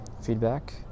feedback